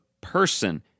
person